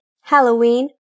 Halloween